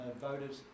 voters